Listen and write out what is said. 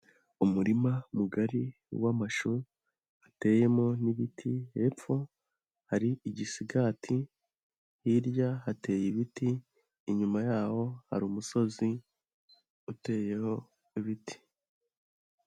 Umurima mugari w'amashu, hateyemo n' ibiti hepfo, hari igisigati, hirya hateye ibiti, inyuma yaho hari umusozi, uteyeho ibiti.